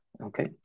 Okay